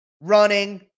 running